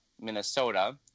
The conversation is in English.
Minnesota